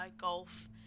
Golf